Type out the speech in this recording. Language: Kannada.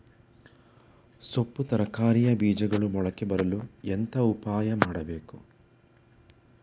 ಸೊಪ್ಪು ತರಕಾರಿಯ ಬೀಜಗಳು ಮೊಳಕೆ ಬರಲು ಎಂತ ಉಪಾಯ ಮಾಡಬೇಕು?